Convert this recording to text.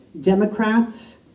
Democrats